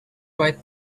white